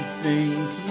sings